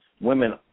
women